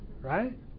Right